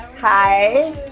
hi